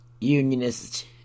unionist